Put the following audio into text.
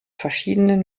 verschiedenen